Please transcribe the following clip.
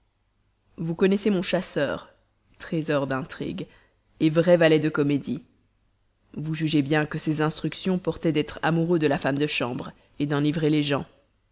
vous connaissez mon chasseur trésor d'intrigue vrai valet de comédie vous jugez bien que ses instructions portaient d'être amoureux de la femme de chambre d'enivrer les gens